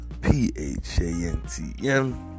P-H-A-N-T-M